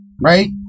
Right